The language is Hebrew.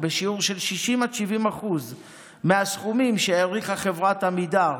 בשיעור של 60% עד 70% מהסכומים שהעריכה חברת עמידר.